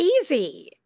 easy